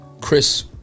Chris